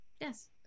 yes